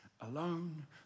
alone